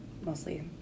mostly